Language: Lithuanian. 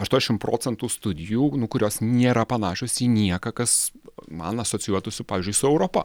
aštuoniasdešimt procentų studijų kurios nėra panašios į nieką kas man asocijuotųsi pavyzdžiui su europa